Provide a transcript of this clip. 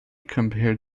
compared